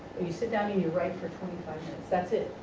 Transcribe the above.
you sit down and you write for twenty five minutes, that's it,